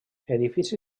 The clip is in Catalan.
edifici